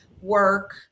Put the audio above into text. work